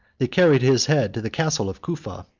they carried his head to the castle of cufa,